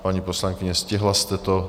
Paní poslankyně, stihla jste to.